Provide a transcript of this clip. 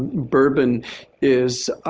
and bourbon is